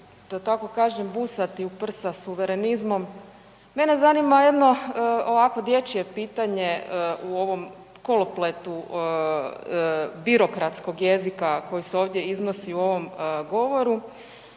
da tako kažem, busati u prsa suverenizmom, mene zanima jedno ovako dječje pitanje u ovom kolopletu birokratskog jezika koji se ovdje iznosi u ovom govoru.